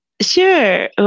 Sure